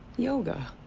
yoga.